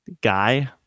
guy